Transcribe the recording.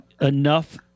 enough